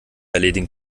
erledigen